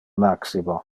maximo